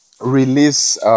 release